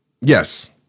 Yes